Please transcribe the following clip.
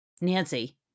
Nancy